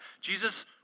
Jesus